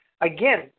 again